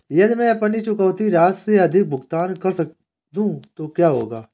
यदि मैं अपनी चुकौती राशि से अधिक भुगतान कर दूं तो क्या होगा?